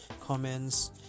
comments